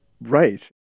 Right